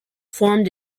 formed